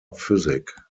physik